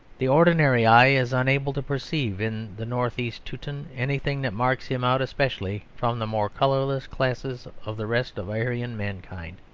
the ordinary eye is unable to perceive in the north-east teuton anything that marks him out especially from the more colourless classes of the rest of aryan mankind.